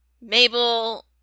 Mabel